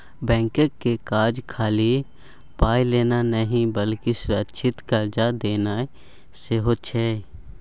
बैंकक काज खाली पाय लेनाय नहि बल्कि सुरक्षित कर्जा देनाय सेहो छै